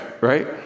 right